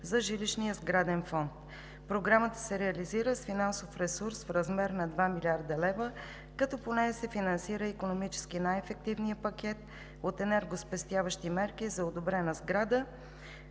за жилищния сграден фонд. Програмата се реализира с финансов ресурс в размер на 2 млрд. лв., като по нея се финансира икономически най-ефективният пакет от енергоспестяващи мерки за одобрена сграда,